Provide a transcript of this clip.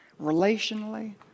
relationally